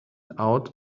out